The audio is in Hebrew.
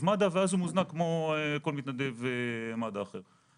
מד"א ואז הוא מוזנק כמו כל מתנדב מד"א אחר.